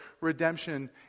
redemption